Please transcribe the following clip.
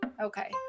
okay